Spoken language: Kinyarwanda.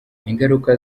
ingaruka